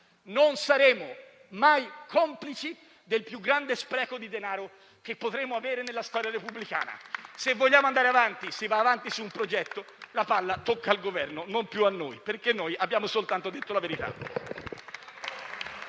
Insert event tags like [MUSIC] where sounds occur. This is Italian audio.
Non saremo mai complici del più grande spreco di denaro che potremo avere nella storia repubblicana. [APPLAUSE] Se vogliamo andare avanti, si va avanti su un progetto. La palla passa al Governo e non più a noi perché noi abbiamo soltanto detto la verità.